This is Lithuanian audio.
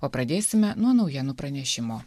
o pradėsime nuo naujienų pranešimo